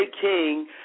King